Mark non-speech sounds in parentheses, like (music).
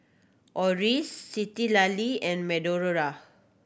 Oris Citlali and (unintelligible)